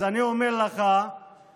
אז אני אומר לך שהפשע